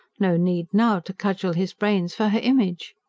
no need, now, to cudgel his brains for her image!